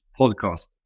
podcast